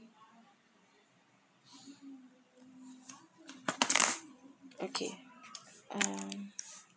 okay uh